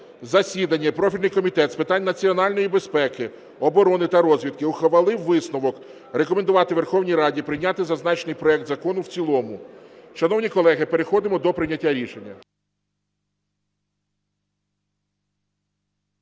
засіданні профільний Комітет з питань національної безпеки, оборони та розвідки ухвалив висновок рекомендувати Верховній Раді прийняти зазначений проект закону в цілому. Шановні колеги, переходимо до прийняття рішення.